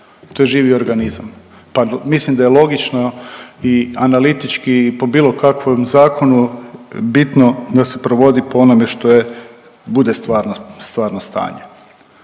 to je živi organizam. Pa mislim da je logično i analitički i po bilo kakvom zakonu bitno da se provodi po onome što bude stvarno stanje.